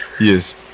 yes